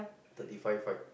thirty five fight